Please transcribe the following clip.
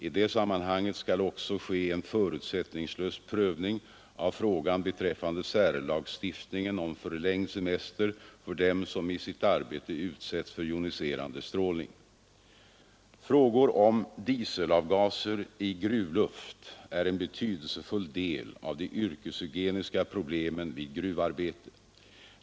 I det sammanhanget skall också ske en förutsättningslös prövning av frågan beträffande särlagstiftningen om förlängd semester för dem som i sitt arbete utsätts för joniserande strålning. Frågor om dieselavgaser i gruvluft är en betydelsefull del av de yrkeshygieniska problemen vid gruvarbete.